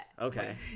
Okay